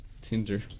Tinder